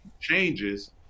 changes